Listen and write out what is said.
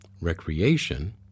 Recreation